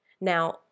Now